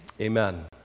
Amen